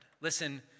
Listen